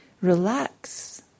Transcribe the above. relax